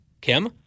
Kim